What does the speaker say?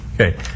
Okay